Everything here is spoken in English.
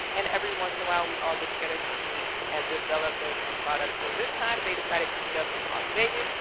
and every once in a while we all get together to meet and develop those new products. so this time they decided to meet up in las vegas,